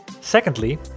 Secondly